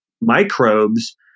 microbes